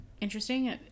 interesting